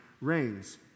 reigns